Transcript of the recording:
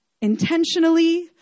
Intentionally